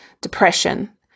depression